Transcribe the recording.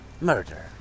murder